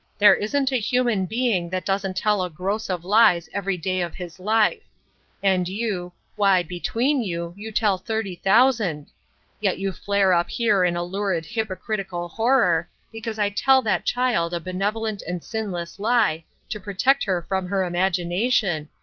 there isn't a human being that doesn't tell a gross of lies every day of his life and you why, between you, you tell thirty thousand yet you flare up here in a lurid hypocritical horror because i tell that child a benevolent and sinless lie to protect her from her imagination,